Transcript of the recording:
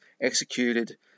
executed